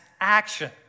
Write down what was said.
action